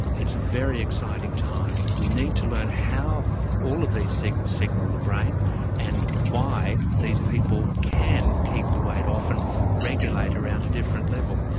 it's a very exciting time. we need to learn how all of these things signal the brain and why these people can keep the weight off and regulate around a different level.